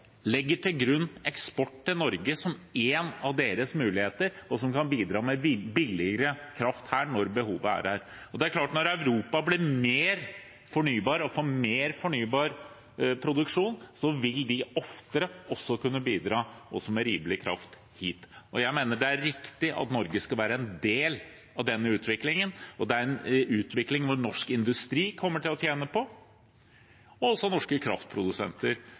til grunn eksport til Norge som en av deres muligheter, og noe som kan bidra med billigere kraft her når behovet er der. Det er klart at når Europa blir mer fornybar og får mer fornybar produksjon, vil de oftere også kunne bidra med rimelig kraft hit. Jeg mener det er riktig at Norge skal være en del av denne utviklingen, og det er en utvikling som norsk industri kommer til å tjene på, og som norske kraftprodusenter